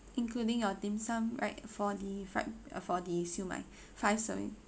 including your dim sum right for the fried uh for the siew mai five serving